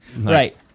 Right